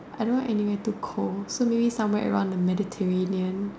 I don't like anywhere too cold so maybe somewhere like the Mediterranean